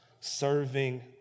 serving